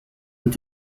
und